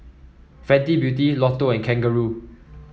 Fenty Beauty Lotto and Kangaroo